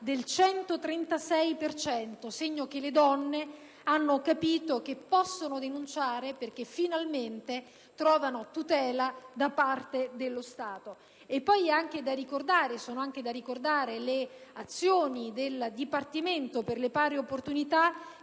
per cento, segno che le donne hanno capito che possono denunciare perché finalmente trovano tutela da parte dello Stato. Sono poi anche da ricordare le azioni del Dipartimento per le pari opportunità